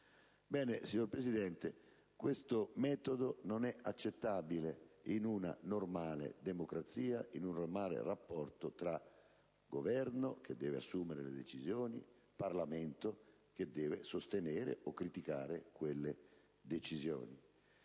Signor Presidente, questo metodo non è accettabile in una normale democrazia, in un regolare rapporto tra Governo, che deve assumere le decisioni, e Parlamento, che deve sostenere o criticare quelle decisioni.